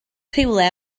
rhywle